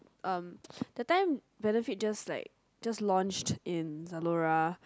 um that time Benefit just like just launched in Zalora